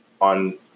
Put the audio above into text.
on